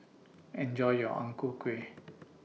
Enjoy your Ang Ku Kueh